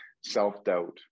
self-doubt